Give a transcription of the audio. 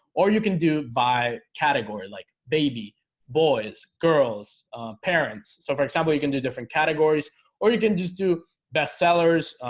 or you can do by category like baby boys girls parents. so for example, you can do different categories or you can just do bestsellers